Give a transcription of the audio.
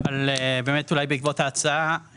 באמת אולי בעקבות ההצעה,